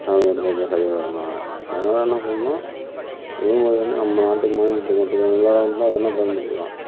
தமிழ் மட்டும் தெரிஞ்சால் சரிவராதுமா அதனால என்ன பண்ணணும் தமிழ் மொழியை வந்து நம்ம நாட்டுக்கு மாநிலத்துக்கு மட்டும் பயன்படுத்திக்கலாம்